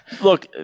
look